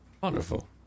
Wonderful